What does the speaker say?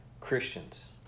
Christians